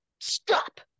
Stop